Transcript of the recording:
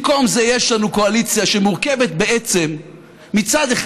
במקום זה יש לנו קואליציה שמורכבת בעצם מצד אחד,